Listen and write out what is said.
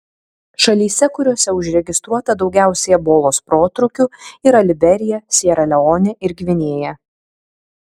šalyse kuriose užregistruota daugiausiai ebolos protrūkių yra liberija siera leonė ir gvinėja